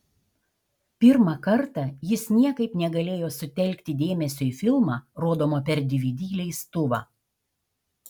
pirmą kartą jis niekaip negalėjo sutelkti dėmesio į filmą rodomą per dvd leistuvą